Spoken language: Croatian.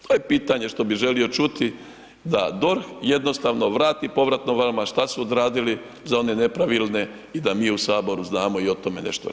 To je pitanje što bih želio čuti da DORH jednostavno vrati povratno vama šta su odradili za one nepravilne i da mi u Saboru znamo i o tome nešto reći.